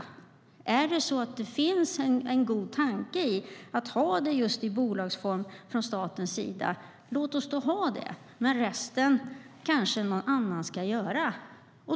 Finns det en god tanke från statens sida i att ha en verksamhet just i bolagsform, låt oss då ha det, men resten kanske någon annan ska sköta.